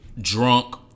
drunk